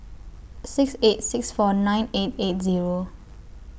six eight six four nine eight eight Zero